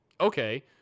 Okay